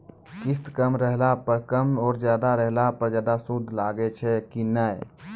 किस्त कम रहला पर कम और ज्यादा रहला पर ज्यादा सूद लागै छै कि नैय?